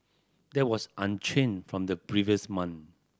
that was unchanged from the previous month